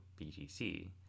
BTC